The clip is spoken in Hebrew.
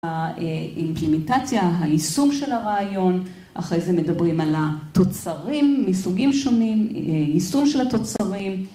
‫האימפלימטציה, היישום של הרעיון, ‫אחרי זה מדברים על התוצרים ‫מסוגים שונים, ‫יישום של התוצרים.